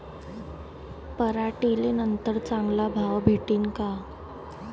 पराटीले नंतर चांगला भाव भेटीन का?